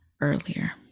earlier